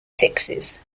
fixes